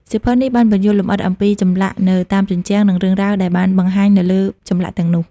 សៀវភៅនេះបានពន្យល់លម្អិតអំពីចម្លាក់នៅតាមជញ្ជាំង និងរឿងរ៉ាវដែលបានបង្ហាញនៅលើចម្លាក់ទាំងនោះ។